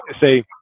say